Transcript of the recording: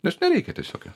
nes nereikia tiesiog jo